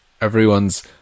everyone's